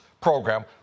program